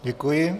Děkuji.